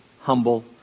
humble